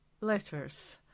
Letters